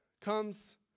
comes